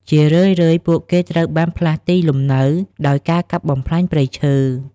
ជារឿយៗ ពួកគេត្រូវបានផ្លាស់ទីលំនៅដោយការកាប់បំផ្លាញព្រៃឈើ។